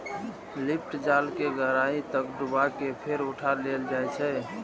lift जाल कें गहराइ तक डुबा कें फेर उठा लेल जाइ छै